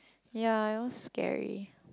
ya it was scary